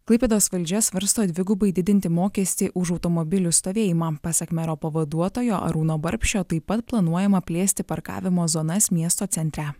klaipėdos valdžia svarsto dvigubai didinti mokestį už automobilių stovėjimą pasak mero pavaduotojo arūno barbšio taip pat planuojama plėsti parkavimo zonas miesto centre